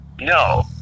no